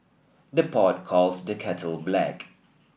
the pot calls the kettle black